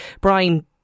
Brian